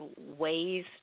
ways